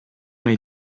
nei